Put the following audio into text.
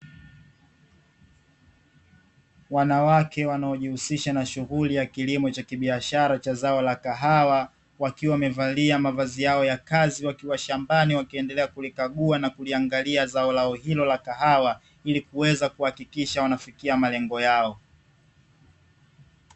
Wanawake wanaojihusisha na shughuli ya kilimo cha kibiashara cha zao la kahawa, wakiwa wamevalia mavazi yao ya kazi wakiwa shambani, wakiendelea kulikagua na kuliangalia zao lao hilo la kahawa, ili kuweza kuhakikisha wanafikia malengo yao.